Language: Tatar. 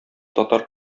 татар